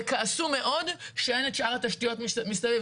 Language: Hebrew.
וכעסו מאוד שאין את שאר התשתיות מסביב.